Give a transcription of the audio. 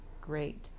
great